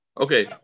okay